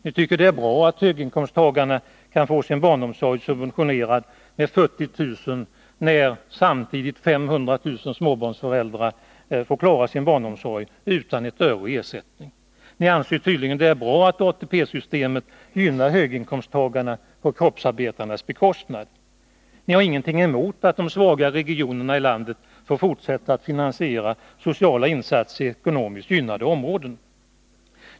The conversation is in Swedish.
Ni tycker att det är bra att höginkomsttagarna kan få sin barnomsorg subventionerad med 40 000 kr., när samtidigt 500 000 småbarnsföräldrar får klara sin barnomsorg utan ett öre i ersättning. Ni anser tydligen att det är bra att ATP-systemet gynnar höginkomsttagarna på kroppsarbetarnas bekostnad. Ni har ingenting emot att de svaga regionerna i landet får fortsätta att finansiera sociala insatser i ekonomiskt gynnade områden.